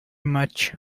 much